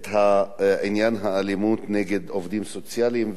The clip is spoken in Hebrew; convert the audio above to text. את עניין האלימות נגד עובדים סוציאליים,